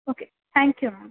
okay thank you ma'am